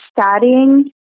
studying